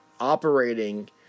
operating